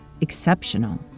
exceptional